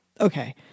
Okay